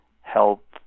help